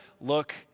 look